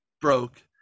broke